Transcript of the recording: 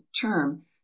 term